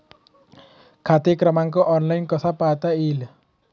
खाते क्रमांक ऑनलाइन कसा पाहता येईल?